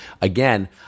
again